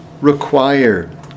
require